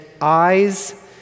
eyes